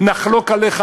נחלוק עליך,